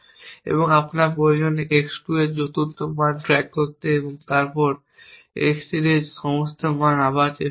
এবং আপনার প্রয়োজন x 2 এর চতুর্থ মান ট্র্যাক করতে এবং তারপর x 3 এর সমস্ত মান আবার চেষ্টা করুন